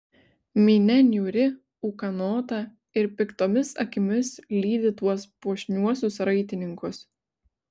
minia niūri ūkanota ir piktomis akimis lydi tuos puošniuosius raitininkus